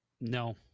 No